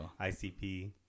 ICP